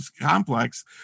complex